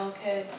Okay